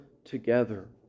together